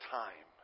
time